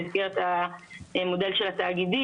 במסגרת מודל התאגידים,